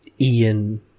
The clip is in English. Ian